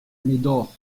médor